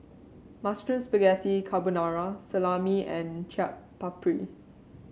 Mushroom Spaghetti Carbonara Salami and Chaat Papri